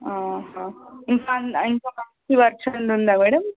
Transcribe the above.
ఇంకా ఇంకా మంచి వర్షన్ ఉందా మేడం